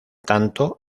tanto